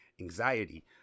anxiety